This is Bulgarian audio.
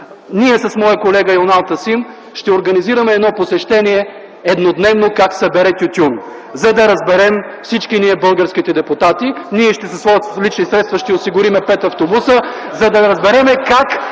Ние с моя колега Юнал Тасим ще организираме едно еднодневно посещение – как се бере тютюн, за да разберем всички ние – българските депутати, ние със свои лични средства ще осигурим пет автобуса, за да разберем как